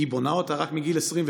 כי היא בונה אותה רק מגיל 28?